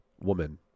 woman